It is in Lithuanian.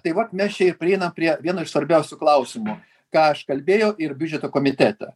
tai vat mes čia ir prieina prie vieno iš svarbiausių klausimų ką aš kalbėjo ir biudžeto komitete